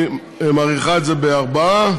היא מוסיפה ארבעה